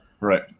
right